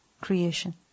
creation